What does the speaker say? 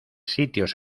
sitios